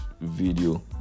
video